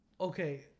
Okay